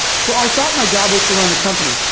so i thought my job was to run the company.